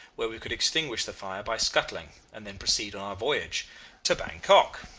where we could extinguish the fire by scuttling, and then proceed on our voyage to bankok!